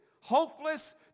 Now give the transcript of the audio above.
Hopeless